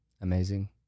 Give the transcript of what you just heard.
Amazing